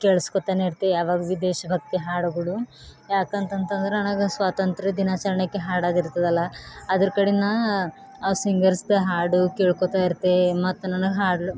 ಕೇಳಿಸ್ಕೊತಾನೆ ಇರ್ತೀವಿ ಯಾವಾಗ ಭಿ ದೇಶಭಕ್ತಿ ಹಾಡುಗಳು ಯಾಕಂತಂತಂದರೆ ನನಗೆ ಸ್ವಾತಂತ್ರ್ಯ ದಿನಾಚರಣೆಗೆ ಹಾಡೋದಿರ್ತದಲ್ಲ ಅದ್ರ ಕಡೆ ನಾನು ಆ ಸಿಂಗರ್ಸ್ದು ಹಾಡು ಕೇಳ್ಕೊತ್ತಾ ಇರ್ತೆ ಮತ್ತು ನನಗೆ ಹಾಡ್ಲ್